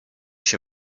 się